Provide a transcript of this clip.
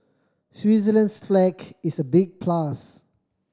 Switzerland's flag is a big plus